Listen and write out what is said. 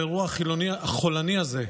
האירוע החולני הזה,